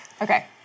Okay